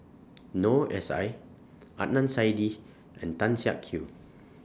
Noor S I Adnan Saidi and Tan Siak Kew